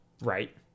Right